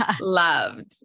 loved